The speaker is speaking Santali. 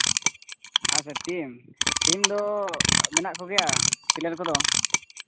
ᱟᱪᱪᱷᱟ ᱴᱤᱢ ᱴᱤᱢ ᱫᱚ ᱢᱮᱱᱟᱜ ᱠᱚᱜᱮᱭᱟ ᱯᱞᱮᱭᱟᱨ ᱠᱚᱫᱚ